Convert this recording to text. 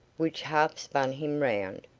which half spun him round,